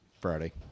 Friday